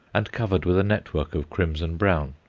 and covered with a network of crimson brown.